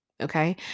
Okay